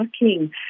working